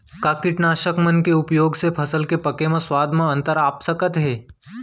का कीटनाशक मन के उपयोग से फसल के पके म स्वाद म अंतर आप सकत हे?